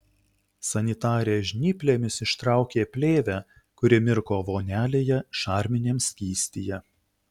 sanitarė žnyplėmis ištraukė plėvę kuri mirko vonelėje šarminiam skystyje